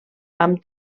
amb